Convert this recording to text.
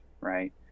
right